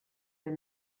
del